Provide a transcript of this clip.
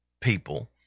people